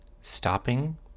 stopping